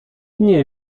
nie